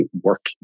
work